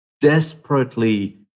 desperately